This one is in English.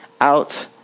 out